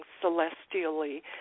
celestially